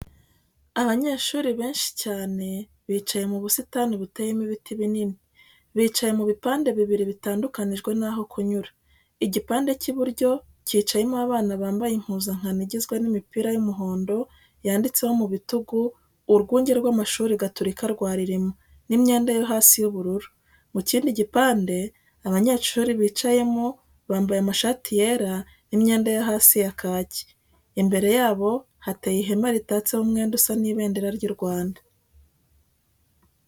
Abanyeshuri benshi cyane bicaye mu busitani buteyemo ibiti binini. Bicaye mu bipande bibiri bitandukanyijwe naho kunyura. Igipande cy'iburyo cyicayemo abana bambaye impuzankano igizwe n'imipira y'umuhondo yanditseho mu bitugu, Urwunge rw'Amashuri Gaturika rwa Rilima n'imyenda yo hasi y'ubururu. Mu kindi gipande, abanyeshuri bicayemo bambaye amashati yera n'imyenda yo hasi ya kaki. Imbere yabo, hateye ihema ritatseho umwenda usa n'ibendera ry'u Rwanda.